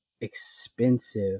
expensive